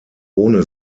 ohne